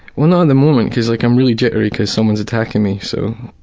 well, not at the moment, cause like i'm really jittery, cause someone's attacking me. so